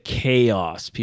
chaos